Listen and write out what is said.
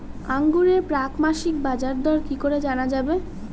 আঙ্গুরের প্রাক মাসিক বাজারদর কি করে জানা যাবে?